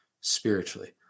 spiritually